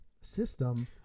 system